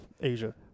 Asia